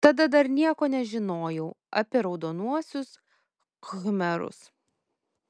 tada dar nieko nežinojau apie raudonuosius khmerus